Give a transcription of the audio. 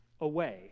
away